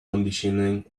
conditioning